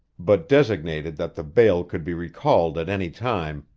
but designated that the bail could be recalled at any time,